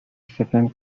second